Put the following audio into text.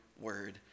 word